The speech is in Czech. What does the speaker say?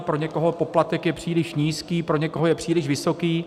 Pro někoho poplatek je příliš nízký, pro někoho je příliš vysoký.